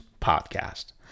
podcast